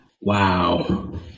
Wow